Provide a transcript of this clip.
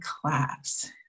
class